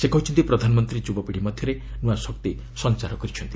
ସେ କହିଛନ୍ତି ପ୍ରଧାନମନ୍ତ୍ରୀ ଯୁବପିଢ଼ି ମଧ୍ୟରେ ନୃଆ ଶକ୍ତି ସଞ୍ଚାର କରିଛନ୍ତି